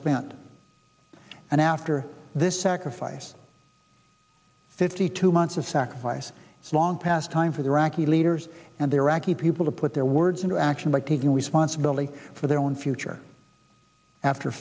spent and after this sacrifice fifty two months of sacrifice it's long past time for the iraqi leaders and the iraqi people to put their words into action by taking responsibility for their own future after